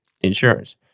insurance